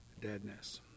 deadness